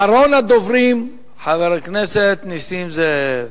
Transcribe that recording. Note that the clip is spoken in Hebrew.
אחרון הדוברים, חבר הכנסת נסים זאב.